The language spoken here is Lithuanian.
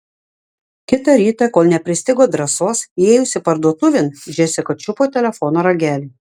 kitą rytą kol nepristigo drąsos įėjusi parduotuvėn džesika čiupo telefono ragelį